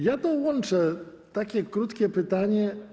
Ja dołączę takie krótkie pytanie.